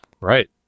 Right